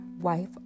wife